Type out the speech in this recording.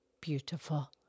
beautiful